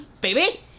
baby